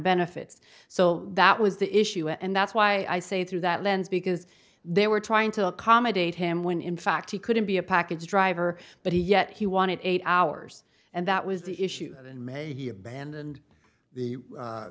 benefits so that was the issue and that's why i say through that lens because they were trying to accommodate him when in fact he couldn't be a package driver but he yet he wanted eight hours and that was the issue in may he abandoned the a